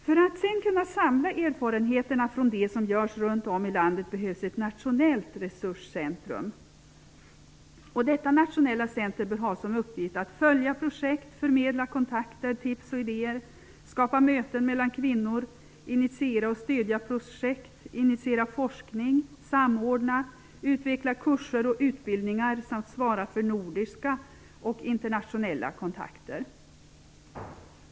För att kunna samla erfarenheterna från det som görs runt om i landet behövs sedan ett nationellt resurscentrum. Detta nationella centrum bör ha till uppgift att följa projekt, att förmedla kontakter, tips och idéer, att skapa möten mellan kvinnor, att initiera och stödja projekt, att initiera forskning, att samordna, att utveckla kurser och utbildningar samt att svara för nordiska och internationella kontakter.